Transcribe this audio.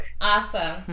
Awesome